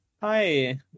Hi